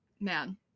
man